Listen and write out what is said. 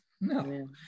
No